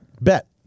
bet